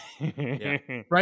right